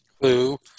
Clue